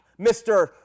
mr